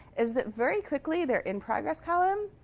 is that very quickly, their in-progress column